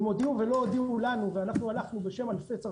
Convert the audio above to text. אם הודיעו ולא הודיעו לנו ואלפי צרכנים